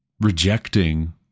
rejecting